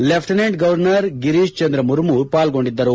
lieutenant governor Girish Chandra Murmu ಪಾಲ್ಡೊಂಡಿದ್ದರು